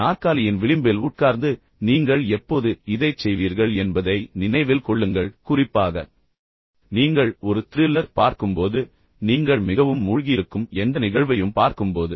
நாற்காலியின் விளிம்பில் உட்கார்ந்து நீங்கள் எப்போது இதைச் செய்வீர்கள் என்பதை நினைவில் கொள்ளுங்கள் குறிப்பாக நீங்கள் ஒரு த்ரில்லர் பார்க்கும்போது ஒரு சஸ்பென்ஸ் திரைப்படத்தைப் பார்க்கும்போது நீங்கள் மிகவும் மூழ்கியிருக்கும் எந்த நிகழ்வையும் பார்க்கும்போது